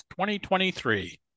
2023